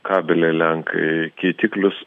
kabelį a lenkai keitiklius